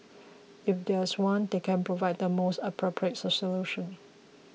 if there is one they can provide the most appropriate solution